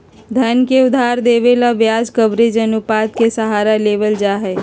धन के उधार देवे ला ब्याज कवरेज अनुपात के सहारा लेवल जाहई